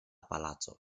palaco